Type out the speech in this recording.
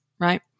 right